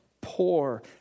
poor